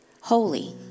holy